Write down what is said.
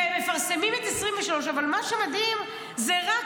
ומפרסמים את 2023. אבל מה שמדהים זה שרק